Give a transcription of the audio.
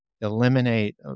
eliminate